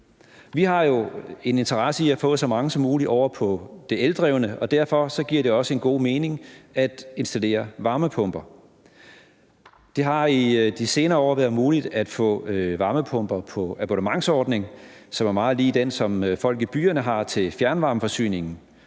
Vi har jo en interesse i at få så mange som muligt over på det eldrevne, og derfor giver det også god mening at installere varmepumper. Det har i de senere år været muligt at få varmepumper på abonnementsordning, som er meget lig den, som folk i byerne har til fjernvarmeforsyningen.